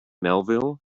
melville